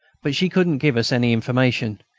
but she couldn't give us any information.